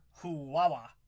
Huwawa